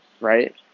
right